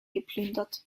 geplündert